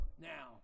now